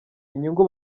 inyungu